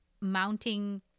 mounting